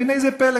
והנה זה פלא,